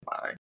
fine